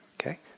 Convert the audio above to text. Okay